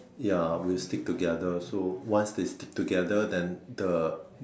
ya will stick together so once they stick together then the